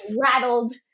rattled